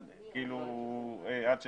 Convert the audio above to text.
עד 16,